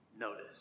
notice